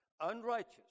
Unrighteous